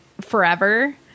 forever